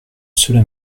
cela